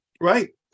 Right